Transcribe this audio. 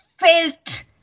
felt